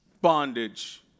Bondage